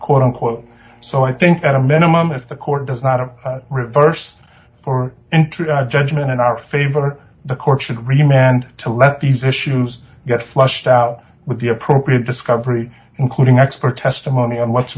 quote unquote so i think at a minimum if the court does not reverse for into a judgment in our favor the court should remain and to let these issues get flushed out with the appropriate discovery including expert testimony on what's